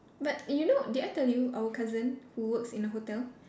but you know did I tell you our cousin who works in a hotel